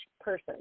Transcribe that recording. person